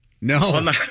no